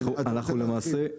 כן, להרחיב.